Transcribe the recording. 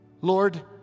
Lord